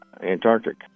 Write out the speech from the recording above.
Antarctic